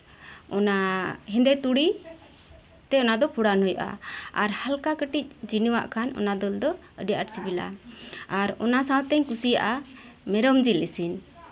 ᱚᱱᱟ ᱦᱮᱸᱫᱮ ᱛᱩᱲᱤ ᱛᱮ ᱚᱱᱟ ᱫᱚ ᱯᱷᱚᱲᱟᱱ ᱦᱩᱭᱩᱜᱼᱟ ᱟᱨ ᱦᱟᱞᱠᱟ ᱠᱟᱹᱴᱤᱡ ᱪᱤᱱᱤᱣᱟᱜ ᱠᱷᱟᱱ ᱚᱱᱟ ᱫᱟᱹᱞ ᱫᱚ ᱟᱹᱰᱤ ᱟᱸᱴ ᱥᱤᱵᱤᱞᱟ ᱟᱨ ᱚᱱᱟ ᱥᱟᱶᱛᱤᱧ ᱠᱩᱥᱤᱭᱟᱜᱼᱟ ᱢᱮᱨᱚᱢ ᱡᱤᱞ ᱤᱥᱤᱱ